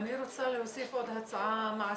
אני רוצה להוסיף עוד הצעה מעשית,